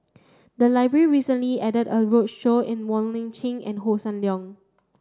the library recently added a roadshow in Wong Lip Chin and Hossan Leong